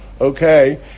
Okay